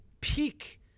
peak